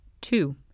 Two